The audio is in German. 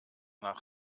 nach